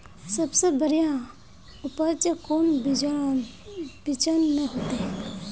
सबसे बढ़िया उपज कौन बिचन में होते?